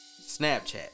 Snapchat